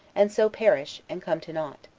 and so perish, and come to nought.